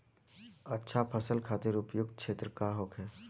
अच्छा फसल खातिर उपयुक्त क्षेत्र का होखे?